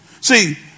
See